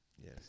Yes